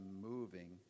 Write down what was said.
moving